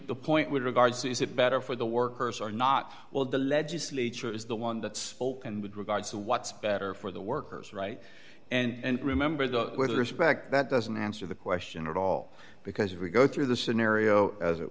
the point with regards is it better for the workers are not well the legislature is the one that spoke and with regards to what's better for the workers right and remember the weather is back that doesn't answer the question at all because if we go through the scenario as it